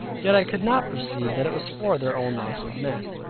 yet i could not perceive that it was for their own loss of men.